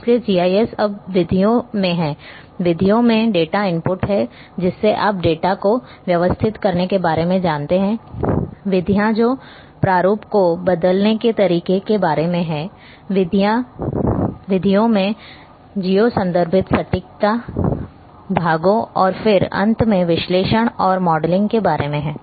इसलिए जीआईएस अब विधियों में है विधियों में डेटा इनपुट है जिससे आप डेटा को व्यवस्थित करने के बारे में जानते हैंविधियां जो प्रारूप को बदलने के तरीके के बारे में हैं विधियों में जियो संदर्भित सटीकता भागों और फिर अंत में विश्लेषण और मॉडलिंग के बारे में है